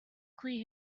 clear